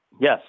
Yes